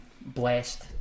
blessed